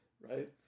right